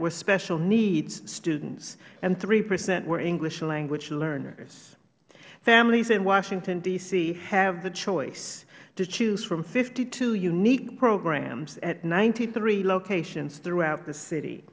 were special needs students and three percent were english language learners families in washington d c have the choice to choose from fifty two unique programs at ninety three locations throughout the city